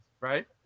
Right